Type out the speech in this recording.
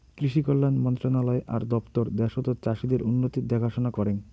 কৃষি কল্যাণ মন্ত্রণালয় আর দপ্তর দ্যাশতর চাষীদের উন্নতির দেখাশনা করেঙ